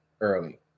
early